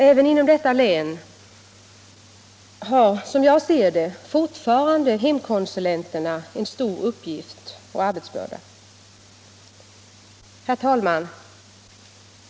Även inom detta län har, som jag ser det, fortfarande hemkonsulenterna en stor uppgift och arbetsbörda. Herr talman!